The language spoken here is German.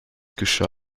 geschah